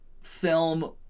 film